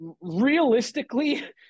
realistically